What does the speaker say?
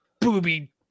booby